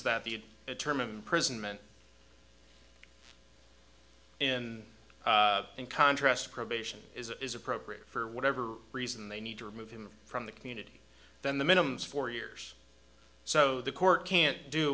that the term imprisonment in in contrast to probation is appropriate for whatever reason they need to remove him from the community then the minimum four years so the court can't do